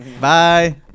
Bye